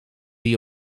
die